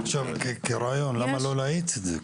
עכשיו, כרעיון, למה לא להאיץ את זה?